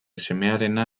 semearena